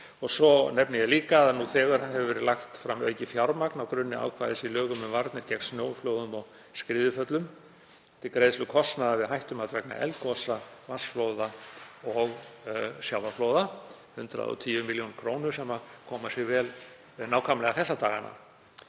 Svo nefni ég líka að nú þegar hefur verið lagt fram aukið fjármagn á grunni ákvæðis í lögum um varnir gegn snjóflóðum og skriðuföllum til greiðslu kostnaðar við hættumat vegna eldgosa, vatnsflóða og sjávarflóða, 110 millj. kr. á ári sem koma sér vel nákvæmlega þessa dagana.